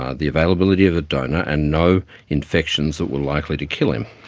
ah the availability of the donor and no infections that were likely to kill him.